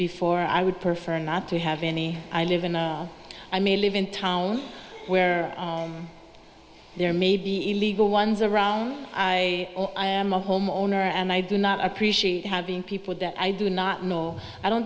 before i would prefer not to have any i live in a i may live in town where there may be illegal ones around i am a homeowner and i do not appreciate having people that i do not know i don't